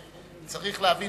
וצריך להבין